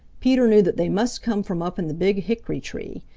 peter knew that they must come from up in the big hickory-tree,